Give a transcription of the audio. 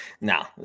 Now